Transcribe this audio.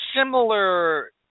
similar